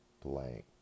blank